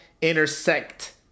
intersect